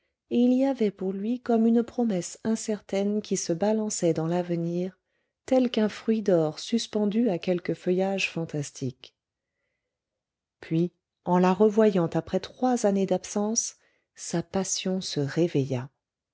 il y avait pour lui comme une promesse incertaine qui se balançait dans l'avenir tel qu'un fruit d'or suspendu à quelque feuillage fantastique puis en la revoyant après trois années d'absence sa passion se réveilla